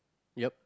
yup